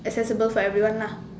accessible for everyone lah